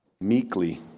meekly